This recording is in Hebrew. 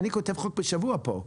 אני כותב חוק בשבוע פה.